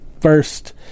first